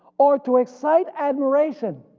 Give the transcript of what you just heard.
or to excite admiration